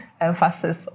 emphasis